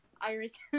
Iris